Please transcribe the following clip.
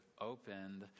opened